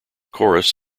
chorus